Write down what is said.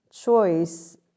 choice